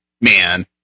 Man